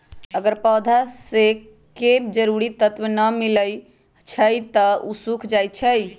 अगर पौधा स के जरूरी तत्व न मिलई छई त उ सूख जाई छई